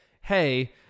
Hey